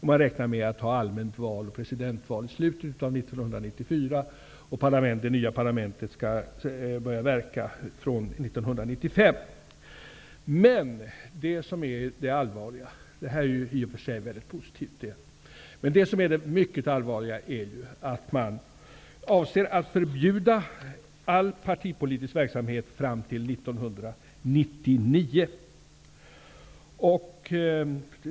Man räknar med att ha allmänt val och presidentval i slutet av 1994, och det nya parlamentet skall börja verka från 1995. Detta är i och för sig mycket positivt. Men det som är det mycket allvarliga är ju att man avser att förbjuda all partipolitisk verksamhet fram till 1999.